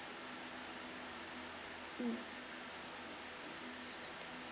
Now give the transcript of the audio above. mm